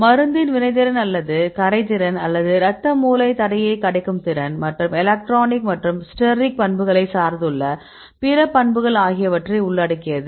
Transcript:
மருந்தின் வினைத்திறன் அல்லது கரைதிறன் அல்லது இரத்த மூளைத் தடையை கடக்கும் திறன் மற்றும் எலக்ட்ரானிக் மற்றும் ஸ்டெரிக் பண்புகளைச் சார்ந்துள்ள பிற பண்புகள் ஆகியவற்றை உள்ளடக்கியது